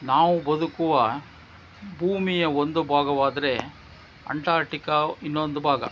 ನಾವು ಬದುಕುವ ಭೂಮಿಯ ಒಂದು ಭಾಗವಾದರೆ ಅಂಟಾರ್ಟಿಕಾ ಇನ್ನೊಂದು ಭಾಗ